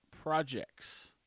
projects